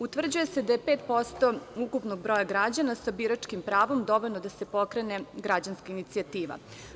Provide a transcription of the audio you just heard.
Utvrđuje se da je 5% ukupnog broja građana sa biračkim pravom dovoljno da se pokrene građanska inicijativa.